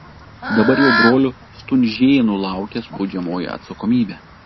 dabar jau brolių stunžėnų laukia baudžiamoji atsakomybė